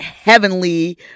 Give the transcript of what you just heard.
heavenly